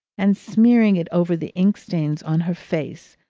and smearing it over the ink stains on her face,